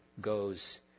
goes